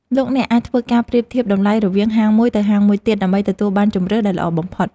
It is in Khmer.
លោកអ្នកអាចធ្វើការប្រៀបធៀបតម្លៃរវាងហាងមួយទៅហាងមួយទៀត ដើម្បីទទួលបានជម្រើសដែលល្អបំផុត។